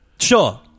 Sure